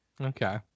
Okay